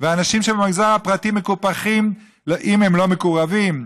והאנשים של המגזר הפרטי מקופחים אם הם לא מקורבים,